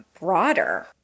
broader